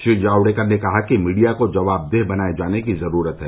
श्री जावड़ेकर ने कहा कि मीडिया को जवाबदेह बनाए जाने की जरूरत है